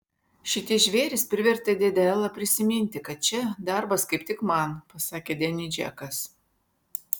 šitie žvėrys privertė dėdę elą prisiminti kad čia darbas kaip tik man pasakė deniui džekas